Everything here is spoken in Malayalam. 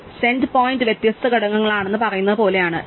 സെൻറ് പോയിന്റ് വ്യത്യസ്ത ഘടകങ്ങളാണെന്ന് പറയുന്നത് പോലെയാണ് ഇത്